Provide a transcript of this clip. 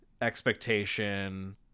expectation